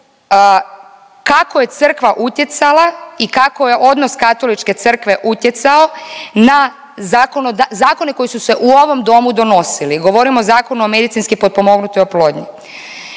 kako je crkva utjecala i kako je odnos Katoličke crkve utjecao na zakone koji su se u ovom domu donosili, govorim o Zakonu o medicinski potpomognutoj oplodnji.